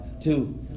Two